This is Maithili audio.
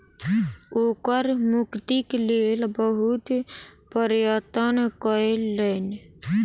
ओ कर मुक्तिक लेल बहुत प्रयत्न कयलैन